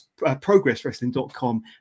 progresswrestling.com